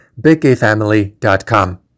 biggayfamily.com